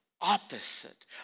opposite